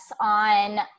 on